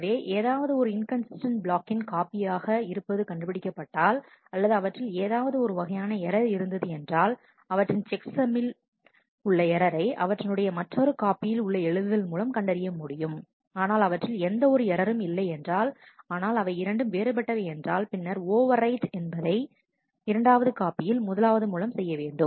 எனவே ஏதாவது ஒரு இன்கன்சிஸ்டன்ட் பிளாக்கின் காப்பியாக இருப்பது கண்டுபிடிக்கப்பட்டால் அல்லது அவற்றில் ஏதாவது ஒரு வகையான ஏரர் இருந்தது என்றால் அவற்றின் செக் சம்மில் உள்ள ஏரரை அவற்றினுடைய மற்றொரு காப்பியில் உள்ள எழுதுதல் மூலம் கண்டறிய முடியும் ஆனால் அவற்றில் எந்த ஒரு ஏரரும் இல்லை என்றால் ஆனால் அவை இரண்டும் வேறுபட்டவை என்றால் பின்னர் ஓவர்ரைட் என்பதை இரண்டாவது காப்பியில் முதலாவது மூலம் செய்ய வேண்டும்